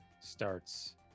starts